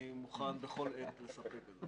אני מוכן בכל עת לספק את זה.